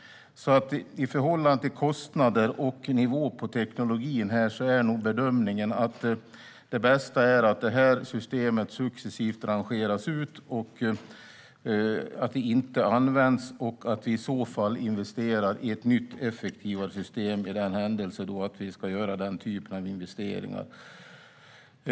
I förhållande till kostnader och nivå på teknologin är nog därför bedömningen att det bästa är att det här systemet inte används utan successivt rangeras ut och att vi investerar i ett nytt och effektivare system i den händelse att vi ska göra den typen av investeringar.